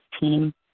team